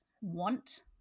want